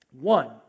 One